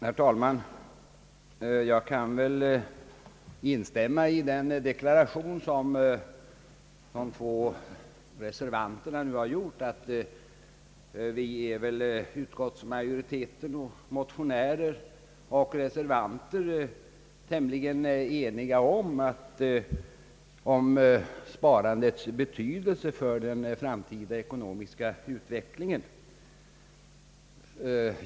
Herr talman! Jag kan instämma i de två reservanternas deklaration att vi alla, utskottsmajoritet, motionärer och reservanter, är tämligen eniga om sparandets betydelse för den framtida ekonomiska utvecklingen.